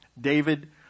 David